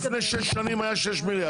לפני שש שנים היה 6 מיליארד.